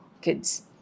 kids